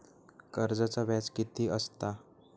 कर्जाचा व्याज कीती असता?